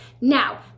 Now